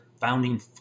founding